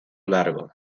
largo